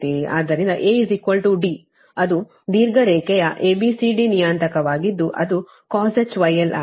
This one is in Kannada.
ಆದ್ದರಿಂದ A D ಅದು ದೀರ್ಘ ರೇಖೆಯ A B C D ನಿಯತಾಂಕವಾಗಿದ್ದು ಅದು cosh γl ಆಗಿದೆ